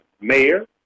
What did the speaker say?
mayor